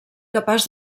capaç